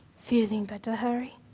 feeling better, harry?